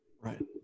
Right